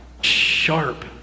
sharp